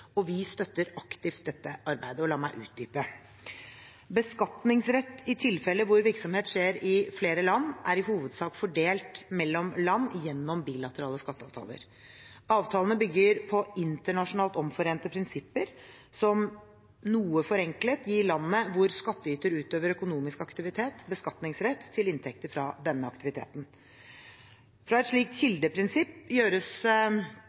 og vi støtter aktivt dette arbeidet. La meg utdype: Beskatningsrett i tilfeller hvor virksomhet skjer i flere land, er i hovedsak fordelt mellom land gjennom bilaterale skatteavtaler. Avtalene bygger på internasjonalt omforente prinsipper som, noe forenklet, gir landet hvor skattyter utøver økonomisk aktivitet, beskatningsrett til inntekter fra denne aktiviteten. Fra et slikt kildeprinsipp gjøres